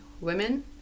women